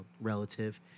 relative